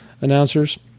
announcers